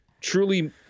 truly